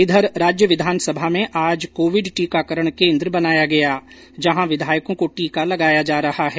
इधर राज्य विधानसभा में आज कोविड टीकाकरण केन्द्र बनाया गया जहां विधायकों को टीका लगाया जा रहा है